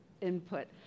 input